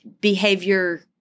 behavior